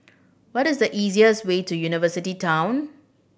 what is the easiest way to University Town